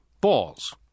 balls